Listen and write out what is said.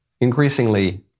increasingly